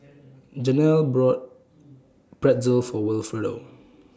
Jenelle bought Pretzel For Wilfredo